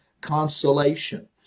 consolation